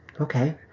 okay